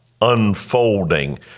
unfolding